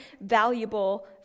valuable